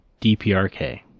DPRK